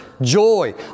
joy